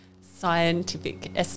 scientific